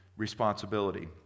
responsibility